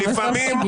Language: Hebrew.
תומך רוצחים.